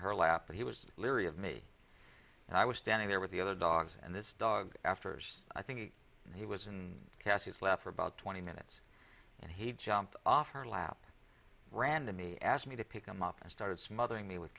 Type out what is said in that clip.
her lap but he was leery of me and i was standing there with the other dogs and this dog after years i think he was and cassius left for about twenty minutes and he jumped off her lap randomly asked me to pick him up and started smothering me with